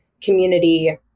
community